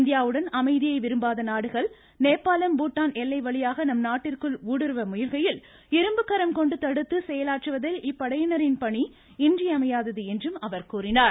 இந்தியாவுடன் அமைதியை விரும்பாத நாடுகள் நேபாளம் பூடான் எல்லை வழியாக நம்நாட்டிற்குள் ஊடுருவ முயல்கையில் இரும்புக்கரம் கொண்டு தடுத்து செயலாற்றுவதில் இப்படையினரின் பணி இன்றியமையாதது என்றும் அவர் குறிப்பிட்டார்